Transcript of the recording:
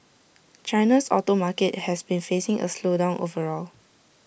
China's auto market has been facing A slowdown overall